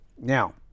Now